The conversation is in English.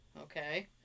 okay